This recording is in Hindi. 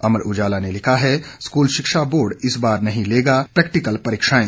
अमर उजाला ने लिखा है स्कूल शिक्षा बोर्ड इस बार नहीं लेगा प्रैक्टिकल परीक्षाएं